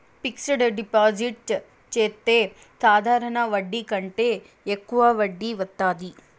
fixed deposit చెత్తే సాధారణ వడ్డీ కంటే యెక్కువ వడ్డీ వత్తాది